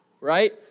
Right